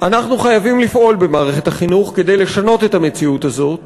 אנחנו חייבים לפעול במערכת החינוך כדי לשנות את המציאות הזאת